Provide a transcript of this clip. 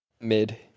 Mid